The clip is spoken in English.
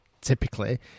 Typically